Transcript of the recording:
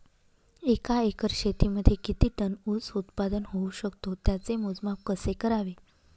एका एकर शेतीमध्ये किती टन ऊस उत्पादन होऊ शकतो? त्याचे मोजमाप कसे करावे?